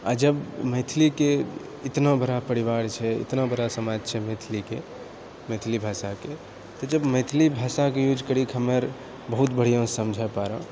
आ जब मैथिलीके इतना बड़ा परिवार छै इतना बड़ा समाज छै मैथिलीके मैथिली भाषाके तऽ जब मैथिली भाषाके यूज करैके हमर बहुत बढ़िया समझय पाड़ऽ